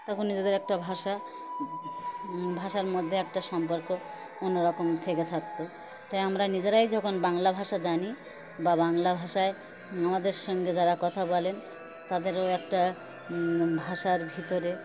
তখন নিজেদের একটা ভাষা ভাষার মধ্যে একটা সম্পর্ক অন্যরকম থেকে থাকতো তাই আমরা নিজেরাই যখন বাংলা ভাষা জানি বা বাংলা ভাষায় আমাদের সঙ্গে যারা কথা বলেন তাদেরও একটা ভাষার ভিতরে